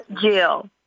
Jill